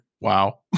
Wow